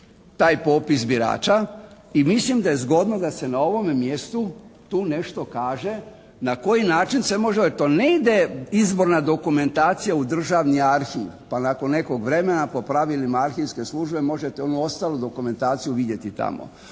taj popis birača i mislim da je zgodno da se na ovome mjestu tu nešto kaže na koji način se može? Jer to ne ide izborna dokumentacija u Državni arhiv pa nakon nekog vremena po pravilima arhivske službe možete onu ostalu dokumentaciju vidjeti tamo.